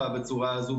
טלי, בבקשה.